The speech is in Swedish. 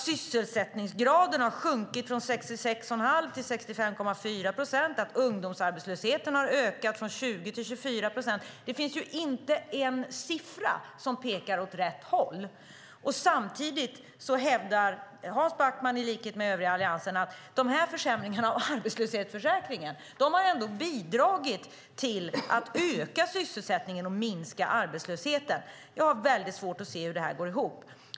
Sysselsättningsgraden har sjunkit från 66 1⁄2 procent till 65,4 procent, och ungdomsarbetslösheten har ökat från 20 till 24 procent. Det finns ju inte en siffra som pekar åt rätt håll! Samtidigt hävdar Hans Backman i likhet med övriga Alliansen att de här försämringarna av arbetslöshetsförsäkringen ändå har bidragit till att öka sysselsättningen och minska arbetslösheten. Jag har väldigt svårt att se hur det går ihop.